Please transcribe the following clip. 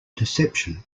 deception